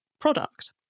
product